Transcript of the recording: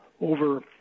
over